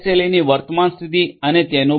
ની વર્તમાન સ્થિતિ અને તેનું ભાવિ